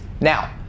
Now